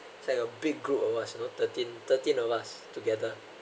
it's like a big group of us you know thirteen thirteen of us together